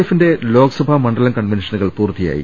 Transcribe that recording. എഫിന്റെ ലോക്സഭാ മണ്ഡലം കൺവെൻഷ നുകൾ പൂർത്തിയായി